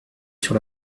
sur